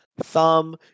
thumb